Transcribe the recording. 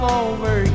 over